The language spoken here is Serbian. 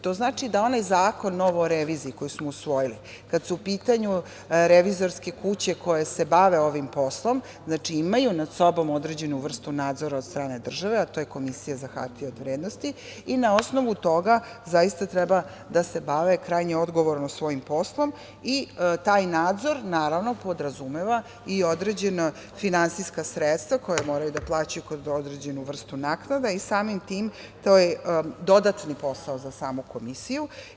To znači da onaj novi Zakon o reviziji koji smo usvojili kada su u pitanju revizorske kuće koje se bave ovim poslom, znači imaju nad sobom određenu vrstu nadzora od strane države, a to je Komisija za hartije od vrednosti i na osnovu toga zaista treba da se bave krajnje odgovorno svojim poslom i taj nadzor, naravno, podrazumeva i određena finansijska sredstva koja moraju da plaćaju kao određenu vrstu naknada i samim tim to je dodatni posao za samu Komisiju.